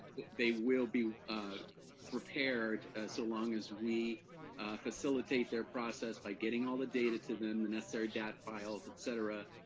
they will be ah prepared so long as we facilitate their process by getting all the data to them, the necessary data files, et cetera,